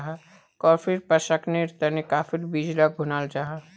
कॉफ़ीर प्रशंकरनेर तने काफिर बीज लाक भुनाल जाहा